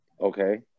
Okay